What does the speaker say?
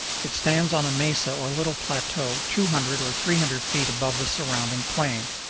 it stands on a mesa or little plateau two hundred or three hundred feet above the surrounding plain.